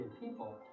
people